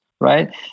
right